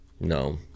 No